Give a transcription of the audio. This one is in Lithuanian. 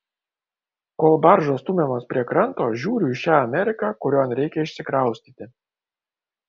kol baržos stumiamos prie kranto žiūriu į šią ameriką kurion reikia išsikraustyti